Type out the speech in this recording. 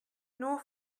nur